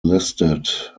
listed